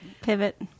Pivot